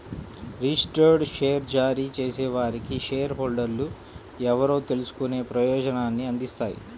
registered share జారీ చేసేవారికి share హోల్డర్లు ఎవరో తెలుసుకునే ప్రయోజనాన్ని అందిస్తాయి